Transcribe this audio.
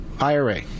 ira